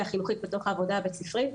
החינוכית בתוך העבודה הבית-ספרית,